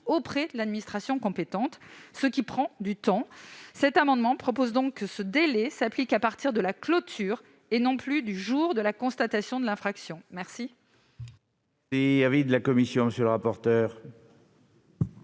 auprès de l'administration compétente, ce qui prend du temps. Il s'agit donc de prévoir que ce délai s'applique à partir de la clôture, et non plus du jour de la constatation de l'infraction. Quel